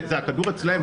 הכדור אצלם,